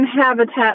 Habitat